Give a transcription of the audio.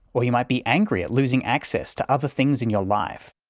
or you might be angry at losing access to other things in your life.